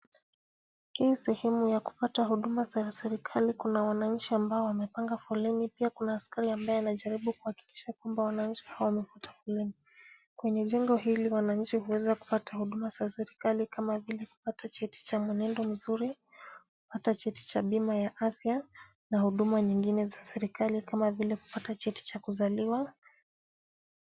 Hii ni sehemu ya kupata huduma za serikali. Kuna wananchi ambao wamepanga foleni. Pia kuna askari ambaye anajaribu kuhakikisha wananchi wamefuata sheria. Kwenye jengo hili wananchi huweza kupata huduma za serikali kama vile kupata cheti cha mwenendo mzuri, kupata cheti cha bima ya afya na huduma nyingine za serikali kama vile kupata cheti cha kuzaliwa.